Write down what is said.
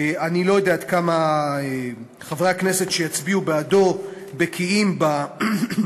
אני לא יודע עד כמה חברי הכנסת שיצביעו בעדו בקיאים בעניין,